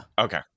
Okay